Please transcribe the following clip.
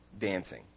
dancing